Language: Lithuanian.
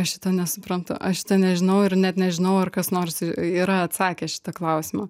aš šito nesuprantu aš nežinau ir net nežinau ar kas nors yra atsakę šitą klausimą